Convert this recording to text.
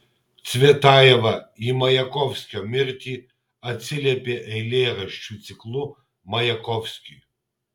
cvetajeva į majakovskio mirtį atsiliepė eilėraščių ciklu majakovskiui